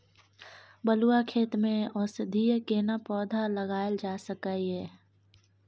बलुआ खेत में औषधीय केना पौधा लगायल जा सकै ये?